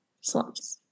slumps